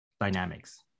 dynamics